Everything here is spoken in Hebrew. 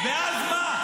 ואז מה?